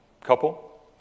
Couple